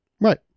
Right